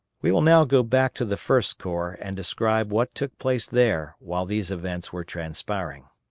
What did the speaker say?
we will now go back to the first corps and describe what took place there while these events were transpiring.